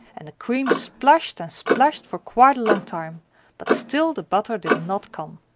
and the cream splashed and splashed for quite a long time but still the butter did not come.